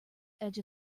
edge